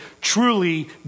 truly